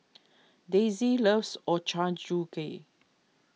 Daisey loves Ochazuke